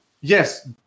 Yes